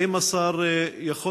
האם השר יכול